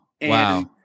wow